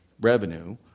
revenue